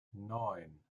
neun